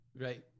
right